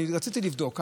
רציתי לבדוק,